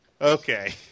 Okay